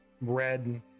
red